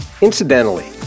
Incidentally